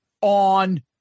on